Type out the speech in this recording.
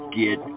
get